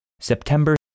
September